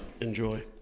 enjoy